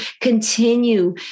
continue